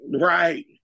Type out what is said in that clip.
right